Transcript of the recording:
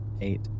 Eight